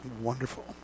wonderful